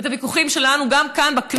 ואת הוויכוחים שלנו, גם כאן, בכנסת,